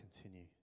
continue